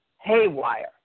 haywire